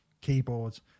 keyboards